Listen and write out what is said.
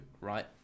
right